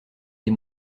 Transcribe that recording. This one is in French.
des